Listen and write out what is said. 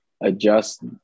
adjust